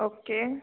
okay